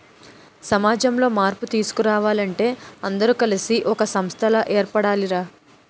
సమాజంలో మార్పు తీసుకురావాలంటే అందరూ కలిసి ఒక సంస్థలా ఏర్పడాలి రా